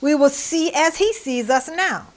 we will see as he sees us now